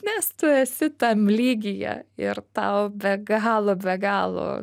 nes tu esi tam lygyje ir tau be galo be galo